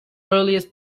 earliest